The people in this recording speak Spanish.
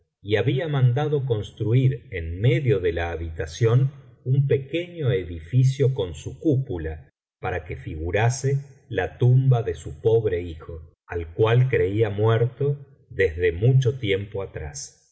y había mandado construir en medio de la habitación un pequeño edificio con su cúpula para que figurase la tumba de su pobre hijo al cual creía muerto desde mucho tiempo atrás